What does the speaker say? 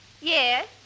Yes